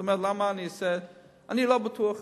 אני לא בטוח,